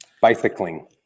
bicycling